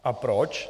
A proč?